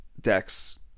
decks